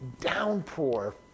downpour